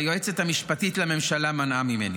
והיועצת המשפטית לממשלה מנעה ממני?